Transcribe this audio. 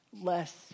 less